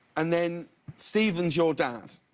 and then stephen's your dad.